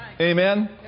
Amen